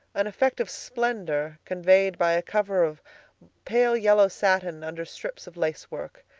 an effect of splendor conveyed by a cover of pale yellow satin under strips of lace-work.